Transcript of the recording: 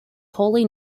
holy